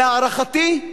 להערכתי,